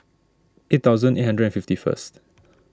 eight thousand eight hundred and fifty first